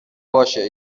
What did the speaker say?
باشه